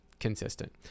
Consistent